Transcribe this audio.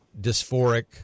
dysphoric